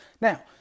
Now